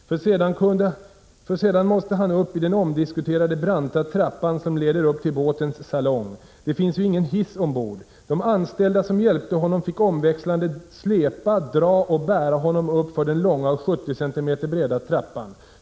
För sedan måste han upp i den omdiskuterade, branta trappan som leder upp till båtens salong. Det finns ju ingen hiss ombord. De anställda som hjälpte honom fick omväxlande släpa, dra och bära honom upp för den långa och 70 cm breda trappan.